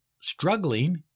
Struggling